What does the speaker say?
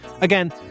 Again